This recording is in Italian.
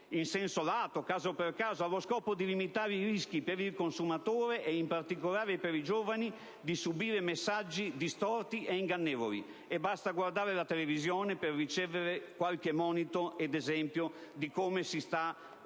in senso lato e caso per caso, allo scopo di limitare i rischi per il consumatore e in particolare, per i giovani di subire messaggi distorti ed ingannevoli. Basta guardare la televisione per ricevere qualche monito ed esempio di come si sta procedendo